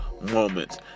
moments